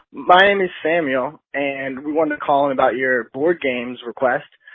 my name is samuel and we want to call him about your boardgames request.